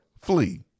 flee